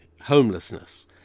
Homelessness